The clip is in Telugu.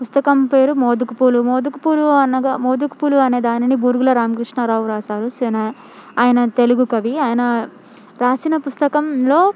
పుస్తకం పేరు మోదుగుపూలు మోదుగుపూలు అనగా మోదుగుపూలు అనే దానిని బూర్గుల రామకృష్ణారావు రాశారు ఆయన తెలుగు కవి ఆయన రాసిన పుస్తకంలో